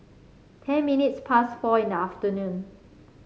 ten minutes past four in the afternoon